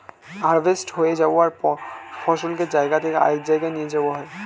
harvest হয়ে যাওয়ার পর ফসলকে এক জায়গা থেকে আরেক জায়গায় নিয়ে যাওয়া হয়